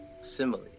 simile